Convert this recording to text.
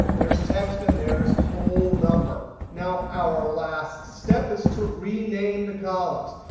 there's text, and there is whole number. now our last step is to rename the columns.